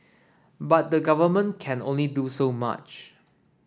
but the Government can only do so much